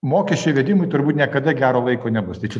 mokesčių įvedimui turbūt niekada gero laiko nebus tai čia